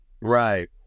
right